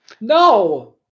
No